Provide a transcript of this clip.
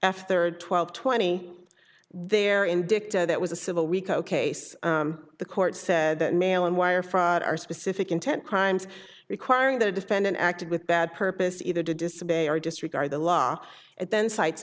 after twelve twenty there in dicta that was a civil rico case the court said male and wire fraud are specific intent crimes requiring the defendant acted with bad purpose either to disobey or disregard the law and then cites